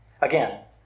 Again